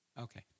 Okay